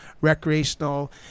recreational